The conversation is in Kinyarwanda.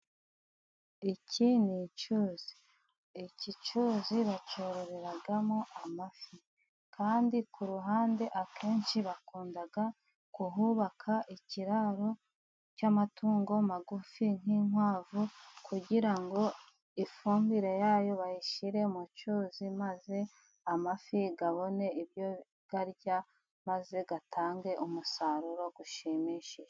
Iki ni icyuzi, iki cyuzi bacyororeramo amafi, kandi ku ruhande akenshi bakunda kuhubaka ikiraro cy'amatungo magufi, nk'inkwavu kugira ngo ifumbire yazo bayishyire mu cyuzi, maze amafi abone ibyo arya, maze atange umusaruro ushimishije.